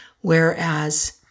whereas